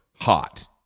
hot